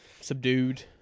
subdued